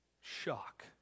Shock